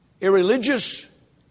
irreligious